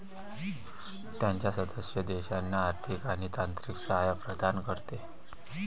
त्याच्या सदस्य देशांना आर्थिक आणि तांत्रिक सहाय्य प्रदान करते